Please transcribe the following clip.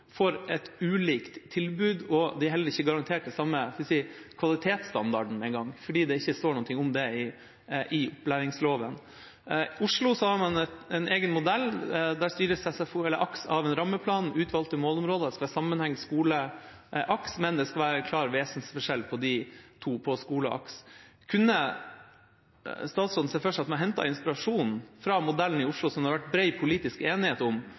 et ulikt tilbud. De er heller ikke garantert den samme kvalitetsstandarden engang, for det står ikke noe om det i opplæringsloven. I Oslo har man en egen modell, der styres SFO, eller AKS, som det heter i Oslo, av en rammeplan med utvalgte målområder, og det skal være sammenheng mellom skolen og AKS, men det skal være en vesensforskjell mellom skole og AKS. Kunne statsråden sett for seg at man hentet inspirasjon fra modellen i Oslo, som det har vært bred politisk enighet om,